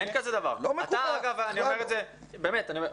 את זה אני לא מקבל.